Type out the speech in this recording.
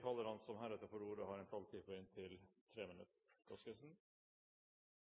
talerne som heretter får ordet, har en taletid på inntil